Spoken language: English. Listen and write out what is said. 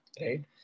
right